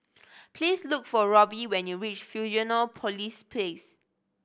please look for Robbie when you reach Fusionopolis Place